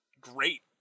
great